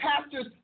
pastor's